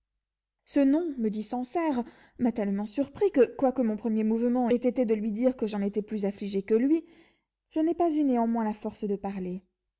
ce nom me dit sancerre m'a tellement surpris que quoique mon premier mouvement ait été de lui dire que j'en étais plus affligé que lui je n'ai pas eu néanmoins la force de parler